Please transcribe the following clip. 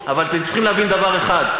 אתה תקרא להם פלסטינים,